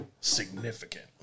significant